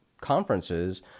conferences